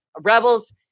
rebels